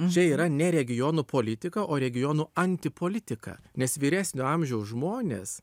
čia yra ne regionų politika o regionų antipolitika nes vyresnio amžiaus žmonės